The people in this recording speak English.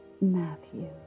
Matthew